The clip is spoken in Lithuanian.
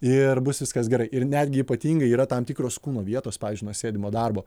ir bus viskas gerai ir netgi ypatingai yra tam tikros kūno vietos pavyzdžiui nuo sėdimo darbo